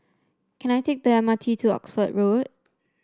can I take the M R T to Oxford Street